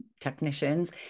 technicians